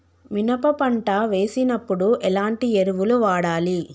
మినప పంట వేసినప్పుడు ఎలాంటి ఎరువులు వాడాలి?